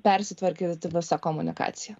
persitvarkyti visą komunikaciją